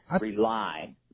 rely